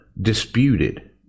disputed